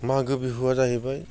मागो बिहुआ जाहैबाय